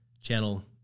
channel